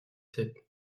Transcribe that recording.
sept